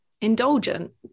indulgent